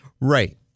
Right